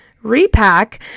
repack